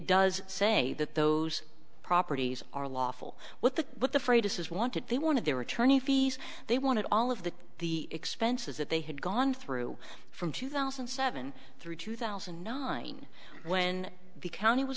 does say that those properties are lawful what the what the freydis is wanted they wanted their attorney fees they wanted all of the the expenses that they had gone through from two thousand and seven through two thousand and nine when the county was